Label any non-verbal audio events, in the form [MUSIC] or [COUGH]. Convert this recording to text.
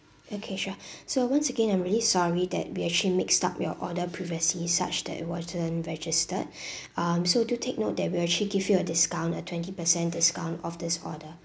okay sure [BREATH] so once again I'm really sorry that we actually mixed up your order previously such that it wasn't registered [BREATH] um so do take note that we actually give you a discount at twenty percent discount off this order [BREATH]